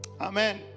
Amen